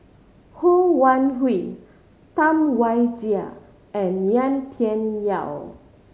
Ho Wan Hui Tam Wai Jia and Yau Tian Yau